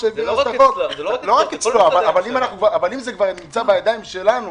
אם זה כבר נמצא בידיים שלנו